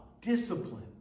discipline